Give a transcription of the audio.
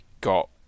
got